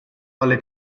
alle